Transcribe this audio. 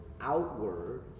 outward